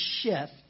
shift